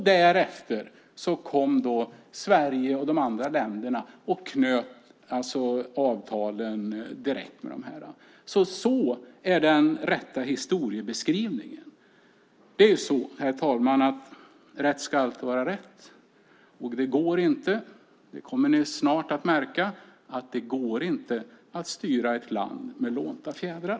Därefter kom Sverige och de andra länderna och slöt avtal direkt med dessa länder. Så är den rätta historieskrivningen. Fru talman! Rätt ska alltid vara rätt. Ni kommer snart att märka att det inte går att styra ett land med lånta fjädrar.